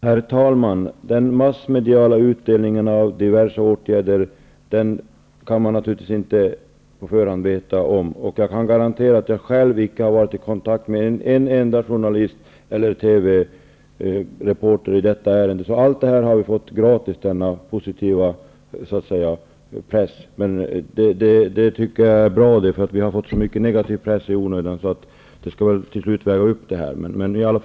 Herr talman! Den massmediala utdelningen av diverse åtgärder kan man naturligtvis inte på förhand veta något om. Jag kan garantera att jag själv icke har varit i kontakt med en enda journalist eller TV-reporter i detta ärende, utan vi har fått all denna positiva press gratis. Men jag tycker det är bra, eftersom vi har fått så mycket negativ press i onödan. Den positiva pressen skall väl till slut väga upp den negativa.